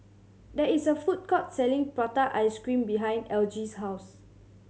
there is a food court selling prata ice cream behind Elgie's house